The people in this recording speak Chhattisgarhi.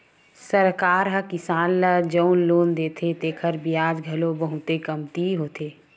सरकार ह किसान ल जउन लोन देथे तेखर बियाज घलो बहुते कमती होथे